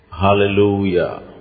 Hallelujah